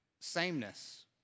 sameness